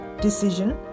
decision